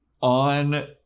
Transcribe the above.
On